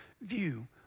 view